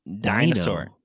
dinosaur